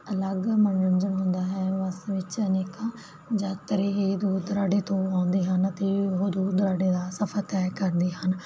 ਅਲੱਗ ਮਨੋਰੰਜਨ ਹੁੰਦਾ ਹੈ ਬੱਸ ਵਿੱਚ ਅਨੇਕਾਂ ਯਾਤਰੀ ਹੀ ਦੂਰ ਦੁਰਾਡੇ ਤੋਂ ਆਉਂਦੇ ਹਨ ਅਤੇ ਉਹ ਦੂਰ ਦੁਰਾਡੇ ਦਾ ਸਫ਼ਰ ਤੈਅ ਕਰਦੇ ਹਨ